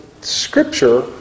Scripture